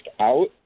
out